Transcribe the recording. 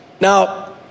Now